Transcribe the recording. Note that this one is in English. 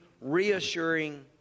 reassuring